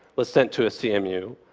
was sent to a cmu,